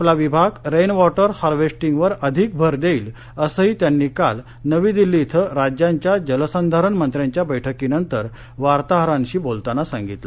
आपला विभाग rain water हार्वेस्टिंगवर अधिक भर देईल असंही त्यांनी काल नवी दिल्ली इथं राज्यांच्या जलसंधारण मंत्र्यांच्या बैठकीनंतर वार्ताहरांशी बोलताना सांगितलं